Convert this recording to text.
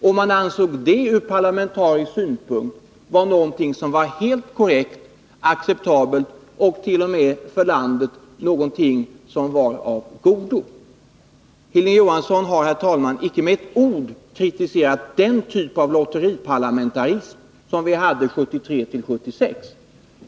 Och det ansåg man ur parlamentarisk synpunkt var helt korrekt, acceptabelt och t.o.m. av godo för landet. Hilding Johansson har, herr talman, icke med ett ord kritiserat den typ av lotteriparlamentarism som vi hade 1973-1976.